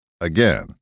again